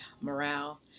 morale